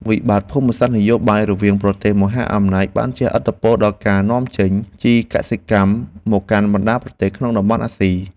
វិបត្តិភូមិសាស្ត្រនយោបាយរវាងប្រទេសមហាអំណាចបានជះឥទ្ធិពលដល់ការនាំចេញជីកសិកម្មមកកាន់បណ្តាប្រទេសក្នុងតំបន់អាស៊ី។